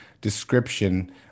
description